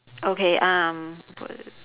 okay um